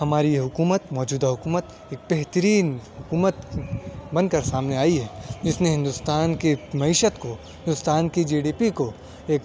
ہماری یہ حکومت موجودہ حکومت ایک بہترین حکومت بن کر سامنے آئی ہے اس نے ہندوستان کے معیشت کو ہندوستان کی جی ڈی پی کو ایک